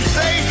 say